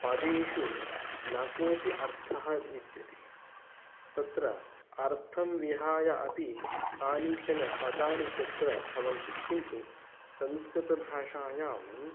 पदेषु न कोपि अर्थः विद्यते तत्र अर्थं विहाय अपि कानिचन पदानि तत्र भवन्ति किन्तु संस्कृतभाषायां